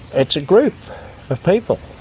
it's a group of people.